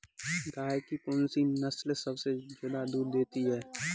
गाय की कौनसी नस्ल सबसे ज्यादा दूध देती है?